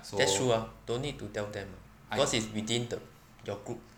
that's true ah don't need to tell them cause it's within the your group